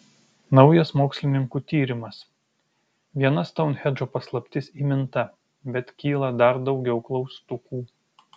naujas mokslininkų tyrimas viena stounhendžo paslaptis įminta bet kyla dar daugiau klaustukų